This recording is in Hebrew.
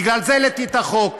בגלל זה העליתי את החוק.